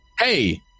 hey